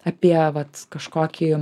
apie vat kažkokį